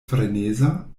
freneza